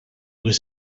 was